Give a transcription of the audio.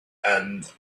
and